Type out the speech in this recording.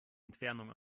entfernung